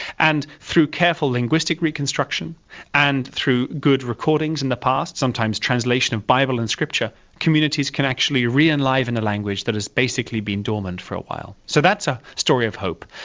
and through careful linguistic reconstruction and through good recordings in the past, sometimes translation of the bible and scripture, committees can actually read and live in a language that has basically been dormant for a while. so that's a story of hope.